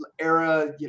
era